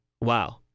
wow